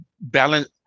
balance